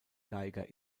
geiger